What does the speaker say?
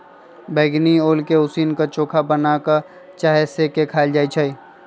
बइगनी ओल के उसीन क, चोखा बना कऽ चाहे सेंक के खायल जा सकइ छै